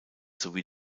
sowie